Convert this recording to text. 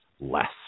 less